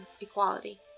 equality